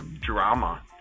drama